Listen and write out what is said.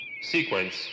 Sequence